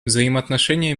взаимоотношения